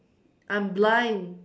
I'm blind